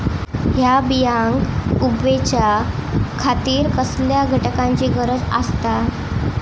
हया बियांक उगौच्या खातिर कसल्या घटकांची गरज आसता?